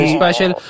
special।